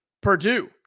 Purdue